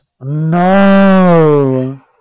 No